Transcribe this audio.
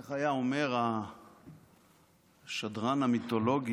איך היה אומר השדרן המיתולוגי,